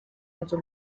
nzu